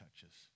touches